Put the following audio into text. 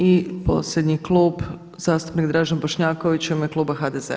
I posljednji klub, zastupnik Dražen Bošnjaković u ime kluba HDZ-a.